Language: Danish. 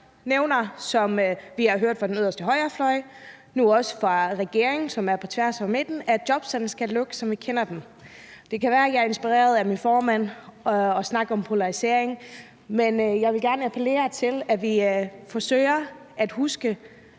nævner, ligesom vi har hørt fra den yderste højrefløj og nu også fra regeringen, som går på tværs hen over midten, at jobcentrene, som vi kender dem, skal lukke. Det kan være, at jeg er inspireret af min formand til at snakke om polarisering, men jeg vil gerne appellere til, at vi forsøger at huske,